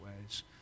ways